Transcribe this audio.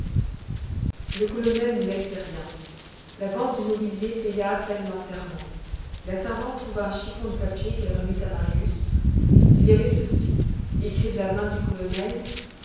le colonel ne laissait rien la vente du mobilier paya à peine l'enterrement la servante trouva un chiffon de papier qu'elle remit à marius il y avait ceci écrit de la main du colonel